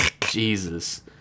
Jesus